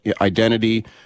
identity